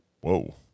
Whoa